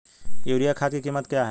Urea खाद की कीमत क्या है?